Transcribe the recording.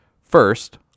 First